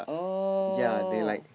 oh